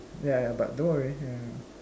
ya ya but don't worry ya ya ya